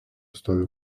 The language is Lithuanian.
stovi